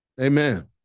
Amen